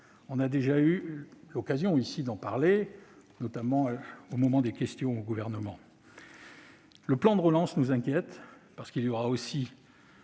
avons déjà eu l'occasion d'en parler ici, notamment au moment des questions d'actualité au Gouvernement. Le plan de relance nous inquiète, parce qu'il y aura aussi